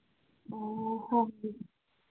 ꯑꯣ ꯍꯣꯏ